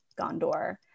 Gondor